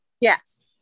Yes